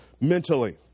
Mentally